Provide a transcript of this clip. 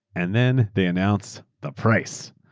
and then they announced the price.